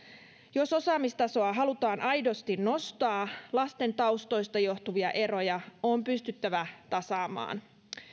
jos osaamistasoa halutaan aidosti nostaa lasten taustoista johtuvia eroja on pystyttävä tasaamaan